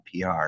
PR